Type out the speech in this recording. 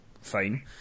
fine